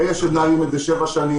אלה שמנהלים את זה שבע שנים,